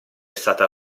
stata